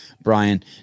Brian